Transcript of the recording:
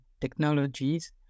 technologies